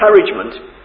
encouragement